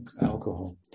alcohol